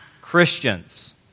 Christians